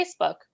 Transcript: Facebook